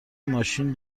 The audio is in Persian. ماشین